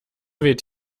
weht